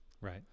Right